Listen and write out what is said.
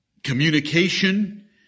communication